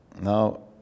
Now